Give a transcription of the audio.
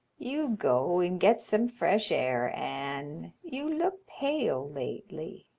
you go and get some fresh air, anne. you look pale lately.